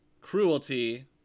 cruelty